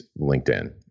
LinkedIn